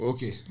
Okay